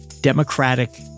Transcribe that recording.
democratic